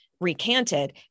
recanted